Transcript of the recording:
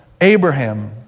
Abraham